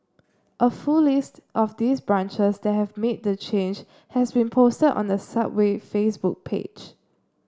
a full list of these branches that have made the change has been posted on the Subway Facebook page